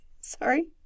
sorry